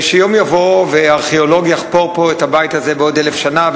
כשיום יבוא וארכיאולוג יחפור פה את הבית הזה בעוד אלף שנה,